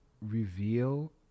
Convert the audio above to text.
reveal